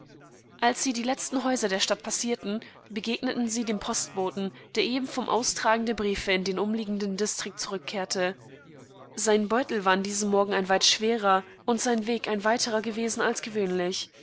als sie die letzten häuser der stadt passierten begegneten sie dem postboten der ebenvomaustragenderbriefeindemumliegendendistriktzurückkehrte seinbeutel war an diesem morgen weit schwerer und sein weg ein weiterer gewesen als gewöhnlich